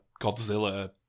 Godzilla